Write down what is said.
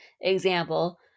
example